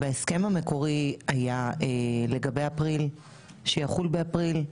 בהסכם המקורי היה שיחול באפריל.